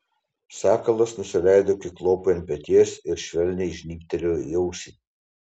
sakalas nusileido kiklopui ant peties ir švelniai žnybtelėjo į ausį